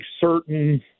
certain